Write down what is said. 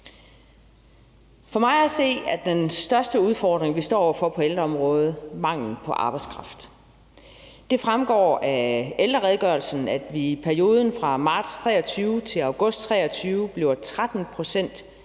For mig at se er den største udfordring, vi står over for på ældreområdet, manglen på arbejdskraft. Det fremgår af ældreredegørelsen, at i perioden fra marts 2023 til august 2023 blev 13 pct.